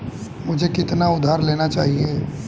मुझे कितना उधार लेना चाहिए?